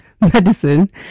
medicine